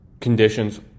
conditions